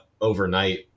overnight